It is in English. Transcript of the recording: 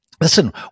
listen